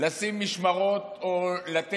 רוצים לשים משמרות על נשים שנבדוק להן